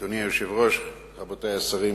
אדוני היושב-ראש, רבותי השרים,